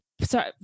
sorry